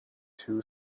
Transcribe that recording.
two